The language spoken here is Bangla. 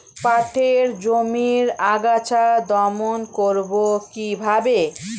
পাটের জমির আগাছা দমন করবো কিভাবে?